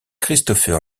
christopher